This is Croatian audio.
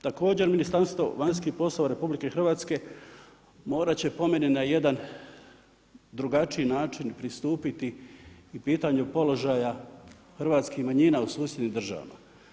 Također Ministarstvo vanjskih poslova RH morat će po meni na jedan drugačiji način pristupiti i pitanju položaju hrvatskih manjina u susjednim državama.